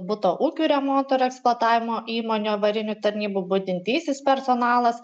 buto ūkių remonto ir eksploatavimo įmonių avarinių tarnybų budintysis personalas